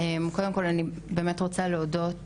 כל הדברים ששמענו עד עכשיו באמת מדברים